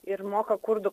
ir moka kurdų